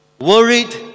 Worried